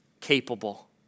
capable